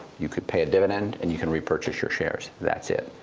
you could pay a dividend, and you could repurchase your shares. that's it.